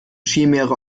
chimäre